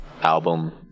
album